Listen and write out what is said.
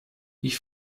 ich